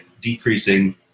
decreasing